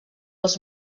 els